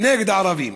נגד הערבים.